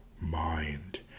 mind